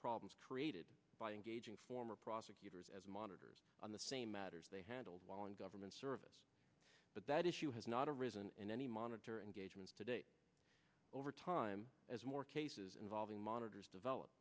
problems created by engaging former prosecutors as monitors on the same matters they handled while in government service but that issue has not arisen in any monitor engagements today over time as more cases involving monitors develop